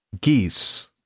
geese